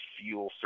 fuel